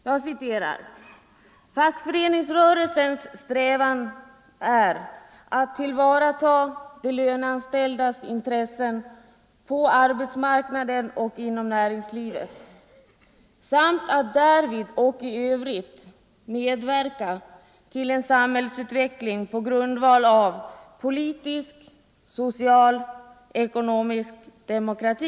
Jag citerar: ”—-—-— fackföreningsrörelsens strävan är att tillvarata de löneanställdas intressen på arbetsmarknaden och inom näringslivet samt att därvid och i övrigt medverka till en samhällsutveckling på grundval av politisk, social och ekonomisk demokrati”.